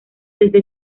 desde